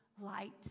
light